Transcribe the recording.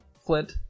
Flint